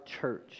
church